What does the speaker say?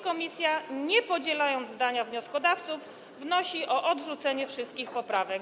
Komisja, nie podzielając zdania wnioskodawców, wnosi o odrzucenie wszystkich poprawek.